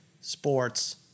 sports